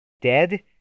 dead